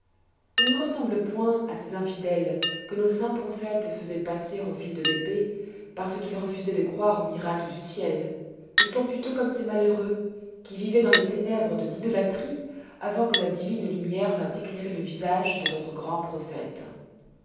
ils ne ressemblent point à ces infidèles que nos saints prophètes faisoient passer au fil de l'épée parce qu'ils refusoient de croire aux miracles du ciel ils sont plutôt comme ces malheureux qui vivoient dans les ténèbres de l'idolâtrie avant que la divine lumière vînt éclairer le visage de notre grand prophète